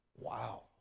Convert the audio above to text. Wow